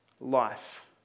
life